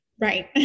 Right